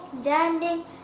standing